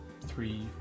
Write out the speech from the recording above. three